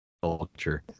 culture